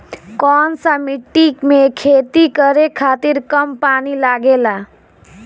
कौन सा मिट्टी में खेती करे खातिर कम पानी लागेला?